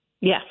Yes